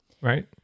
Right